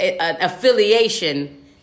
affiliation